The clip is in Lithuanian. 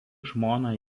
žmona